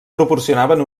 proporcionaven